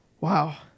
Wow